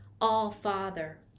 All-Father